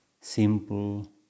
simple